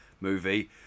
movie